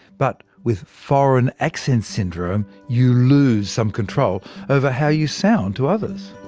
but with foreign accent syndrome, you lose some control over how you sound to others.